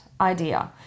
idea